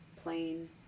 plain